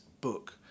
book